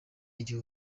y’icyo